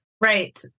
right